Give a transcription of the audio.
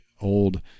old